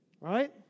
Right